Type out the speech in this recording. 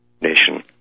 nation